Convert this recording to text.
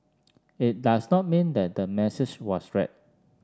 it does not mean that the message was read